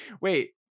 Wait